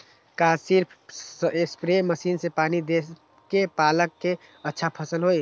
का सिर्फ spray machine से पानी देके पालक के अच्छा फसल होई?